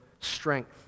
strength